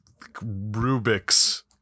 Rubik's